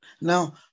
now